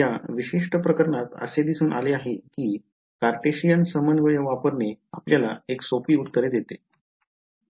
या विशिष्ट प्रकरणात असे दिसून आले आहे की कार्टेशियन समन्वय वापरणे आपल्याला एक सोपी उत्तर देते